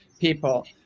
people